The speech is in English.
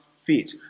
fit